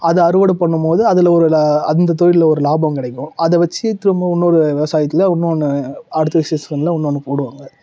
அது அறுவடை பண்ணும் போது அதில் ஒரு அந்த தொழிலில் ஒரு லாபம் கிடைக்கும் அதை வச்சி திரும்ப இன்னொரு விவசாயத்தில் இன்னொன்று அடுத்த சீசனில் இன்னொன்று போடுவாங்க